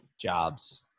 jobs